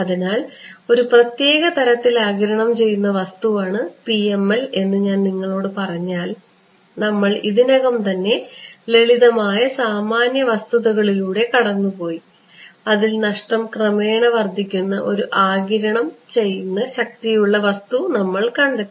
അതിനാൽ ഒരു പ്രത്യേക തരത്തിൽ ആഗിരണം ചെയ്യുന്ന വസ്തുവാണ് PML എന്ന് ഞാൻ നിങ്ങളോട് പറഞ്ഞാൽ നമ്മൾ ഇതിനകം തന്നെ ലളിതമായ സാമാന്യവസ്തുതകളിലൂടെ കടന്നുപോയി അതിൽ നഷ്ടം ക്രമേണ വർദ്ധിക്കുന്ന ഒരു തരം ആഗിരണ ശക്തിയുള്ള വസ്തു നമ്മൾ കണ്ടെത്തി